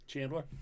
Chandler